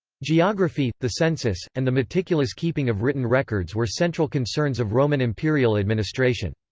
geography, the census, and the meticulous keeping of written records were central concerns of roman imperial administration.